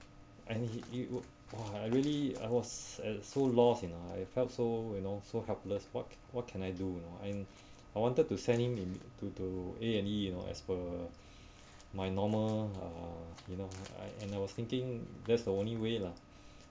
and he would !wah! I really I was at so lost you know I felt so you know so helpless what what can I do you know and I wanted to send him in to to A&E you know as per my normal uh you know I and I was thinking that's the only way lah